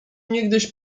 niegdyś